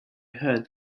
heard